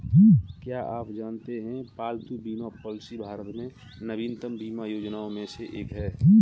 क्या आप जानते है पालतू बीमा पॉलिसी भारत में नवीनतम बीमा योजनाओं में से एक है?